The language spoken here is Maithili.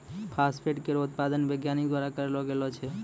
फास्फेट केरो उत्पादन वैज्ञानिक द्वारा करलो गेलो छै